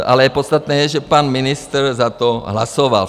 Ale podstatné je, že pan ministr za to hlasoval.